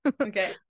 okay